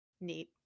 Neat